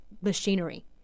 machinery